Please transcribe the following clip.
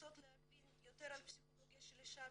רוצות להבין יותר על פסיכולוגיה של אישה,